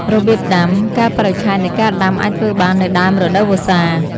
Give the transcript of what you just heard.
របៀបដាំ កាលបរិច្ឆេទនៃការដាំអាចធ្វើបាននៅដើមរដូវវស្សា។